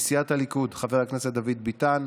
מטעם סיעת הליכוד, חבר הכנסת דוד ביטן,